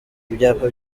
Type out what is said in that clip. ibyapa